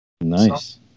Nice